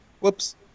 Whoops